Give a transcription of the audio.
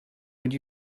would